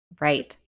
Right